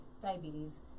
diabetes